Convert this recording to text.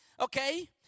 okay